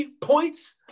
points